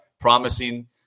promising